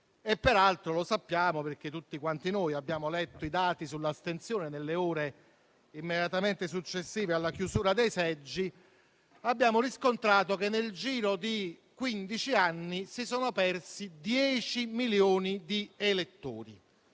Peraltro - lo sappiamo perché tutti quanti noi abbiamo letto i dati sull'astensione nelle ore immediatamente successive alla chiusura dei seggi - abbiamo riscontrato che nel giro di quindici anni si sono persi 10 milioni di elettori